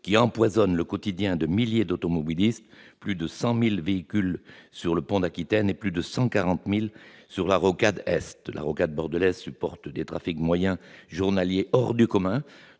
qui empoisonne le quotidien de milliers d'automobilistes : plus de 100 000 véhicules circulent chaque sur le pont d'Aquitaine, et plus de 140 000 sur la rocade est. La rocade bordelaise supporte des trafics moyens hors du commun,